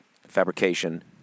Fabrication